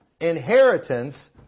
inheritance